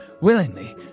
willingly